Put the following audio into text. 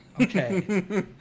Okay